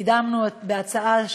קידמנו בהצעה,